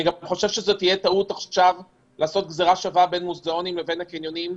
אני גם חושב שלא נכון לעשות גזירה שווה בין הקניונים לבין עולם התרבות.